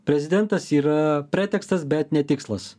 prezidentas yra pretekstas bet ne tikslas